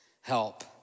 help